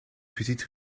petite